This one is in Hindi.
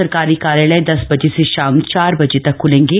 सरकारी कार्यालय दस बजे से शाम चार बजे तक ख्लेंगे